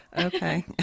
Okay